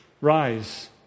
Rise